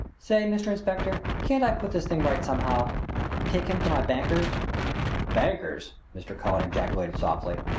say, mr. inspector, can't i put this thing right somehow take him to my banker's banker's! mr. cullen ejaculated softly.